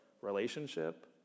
relationship